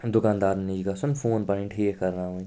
دُکانٛدارَن نِش گژھُن فون پَنٕنۍ ٹھیٖک کَرناوٕنۍ